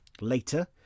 Later